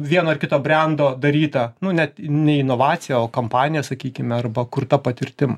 vieno ar kito brendo daryta nu net ne inovacija o kampanija sakykime arba kur ta patirtim